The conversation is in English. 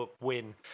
win